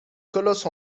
colosse